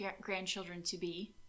grandchildren-to-be